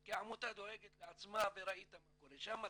כי עמותה דואגת לעצמה וראית מה קורה שם.